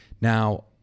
Now